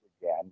again